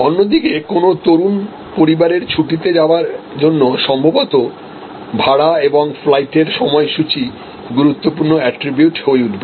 অন্যদিকে কোনও তরুণ পরিবারের ছুটিতে যাবার জন্য সম্ভবত ভাড়া এবং ফ্লাইটের সময়সূচীগুরুত্বপূর্ণ এট্রিবিউট হয়ে উঠবে